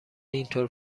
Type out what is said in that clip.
اینطور